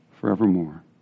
forevermore